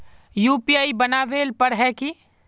UPI बनावेल पर है की?